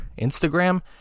Instagram